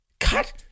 cut